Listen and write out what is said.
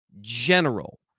general